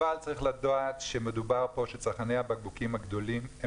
אבל צריך לדעת שמדובר פה על כך שצרכני הבקבוקים הגדולים הם